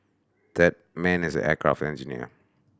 that man is an aircraft engineer